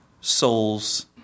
souls